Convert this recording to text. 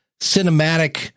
cinematic